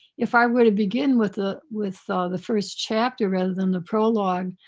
if i were to begin with ah with ah the first chapter rather than the prologue,